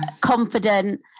confident